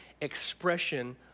expression